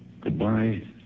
goodbye